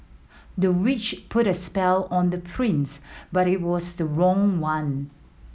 the witch put a spell on the prince but it was the wrong one